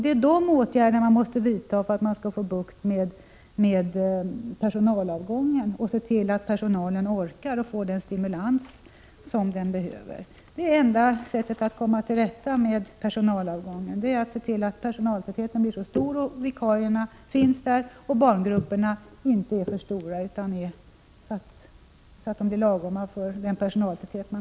Det är åtgärder mot detta som man måste vidta för att få bukt med personalavgången och för att se till att personalen orkar med arbetet och får den stimulans som den behöver. Det är det enda sättet att komma till rätta med personalavgången.